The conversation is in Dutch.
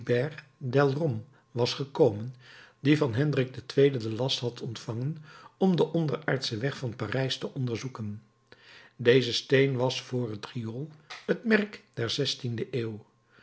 delorme was gekomen die van hendrik ii den last had ontvangen om den onderaardschen weg van parijs te onderzoeken deze steen was voor het riool het merk der zestiende eeuw